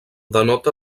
denota